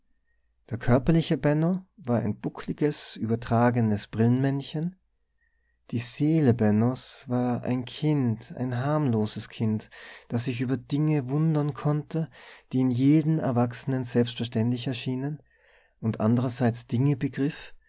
der körperliche benno war ein buckliges übertragenes brillenmännchen die seele bennos war ein kind ein harmloses kind das sich über dinge wundern konnte die jedem erwachsenen selbstverständlich erschienen und andererseits dinge begriff